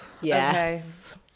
Yes